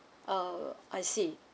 err I see